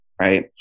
right